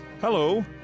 Hello